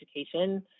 education